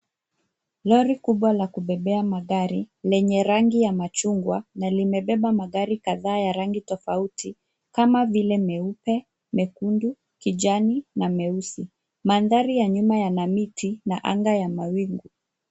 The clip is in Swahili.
Lori kubwa la kubebea magari lenye rangi ya machungwa na limebeba magari kadhaa ya rangi tofauti kama vile meupe, mekundu, kijani na meusi. Mandhari ya nyuma yana miti na anga ya mawingu.